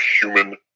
human